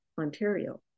Ontario